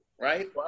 right